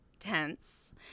tense